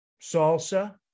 salsa